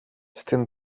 στην